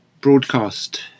broadcast